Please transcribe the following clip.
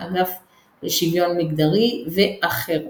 האגף לשוויון מגדרי ואחרות.